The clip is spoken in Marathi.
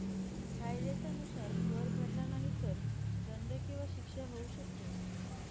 कायद्याच्या नुसार, कर भरला नाही तर दंड किंवा शिक्षा होऊ शकते